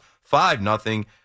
Five-nothing